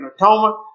atonement